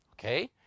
okay